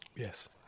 Yes